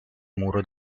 muro